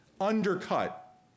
undercut